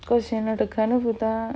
because என்னோட கனவுதா:ennoda kanavuthaa